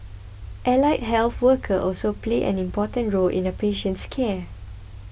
allied health workers also play an important role in a patient's care